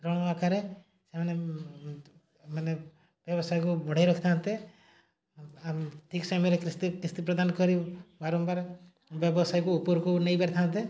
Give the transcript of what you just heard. ଋଣ ଆଖରେ ସେମାନେ ମାନେ ବ୍ୟବସାୟକୁ ବଢ଼େଇ ରଖିଥାନ୍ତେ ଠିକ୍ ସମୟରେ କିସ୍ତି କିସ୍ତି ପ୍ରଦାନ କରି ବାରମ୍ବାର ବ୍ୟବସାୟକୁ ଉପରକୁ ନେଇ ପାରିଥାନ୍ତେ